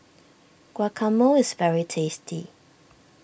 Guacamole is very tasty